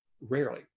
Rarely